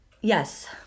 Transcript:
Yes